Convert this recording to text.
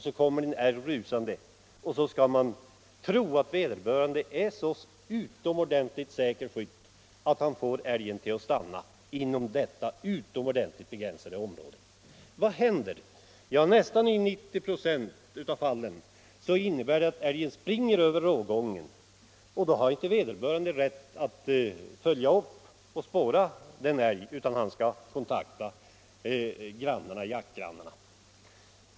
Så tror man att vederbörande är så utomordentligt säker skytt att han träffar älgen så att den faller inom det här mycket begränsade området! Vad händer? Jo, i nästan 90 96 av fallen springer älgen skadad över rågången, och då har vederbörande inte rätt att spåra älgen, utan han skall kontakta jaktgrannarna.